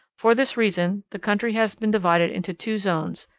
for this reason the country has been divided into two zones,